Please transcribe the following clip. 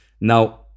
now